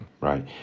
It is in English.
right